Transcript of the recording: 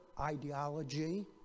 ideology